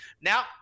Now